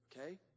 okay